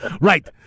Right